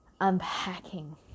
unpacking